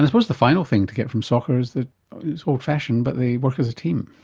ah suppose the final thing to get from soccer is that it's old-fashioned, but they work as a team.